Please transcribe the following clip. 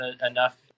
enough